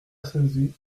asensi